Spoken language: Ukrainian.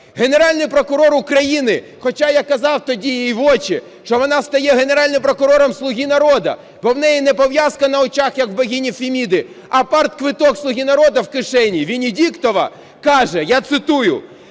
Генеральний прокурор України, хоча я казав тоді їй в очі, що вона стає Генеральним прокурором "Слуги народу", бо в неї не пов'язка на очах, як в богині Феміди, а партквиток "Слуги народу" в кишені, Венедіктова каже – я цитую: